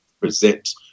present